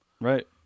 Right